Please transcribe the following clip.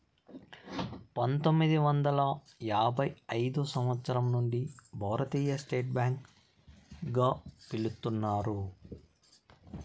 పంతొమ్మిది వందల యాభై ఐదు సంవచ్చరం నుండి భారతీయ స్టేట్ బ్యాంక్ గా పిలుత్తున్నారు